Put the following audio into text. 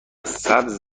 سبز